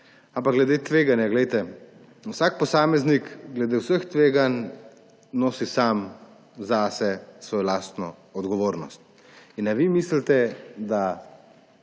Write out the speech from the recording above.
Glede tveganja. Vsak posameznik glede vseh tveganj nosi sam zase svojo lastno odgovornost. Ali vi mislite, da